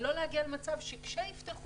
ולא להגיע למצב שכשיפתחו,